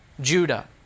Judah